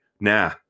Nah